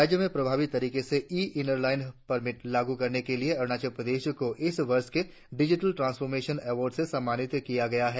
राज्य में प्रभावी तरीके से ई इनर लाईन परमिट लागू करने के लिए अरुणाचल प्रदेश को इस वर्ष के डिजिटल ट्रांसफार्मेशन अवार्ड से सम्मानित किया गया है